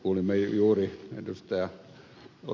kuulimme juuri ed